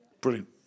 brilliant